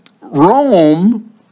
Rome